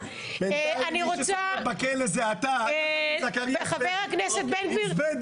בינתיים מי שישב בכלא זה אתה --- ולא בכלא